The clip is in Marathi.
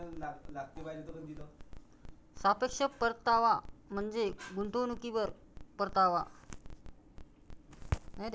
सापेक्ष परतावा म्हणजे गुंतवणुकीवर परतावा